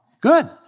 good